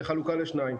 בחלוקה לשניים.